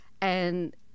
and-